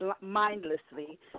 mindlessly